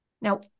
Now